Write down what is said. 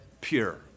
pure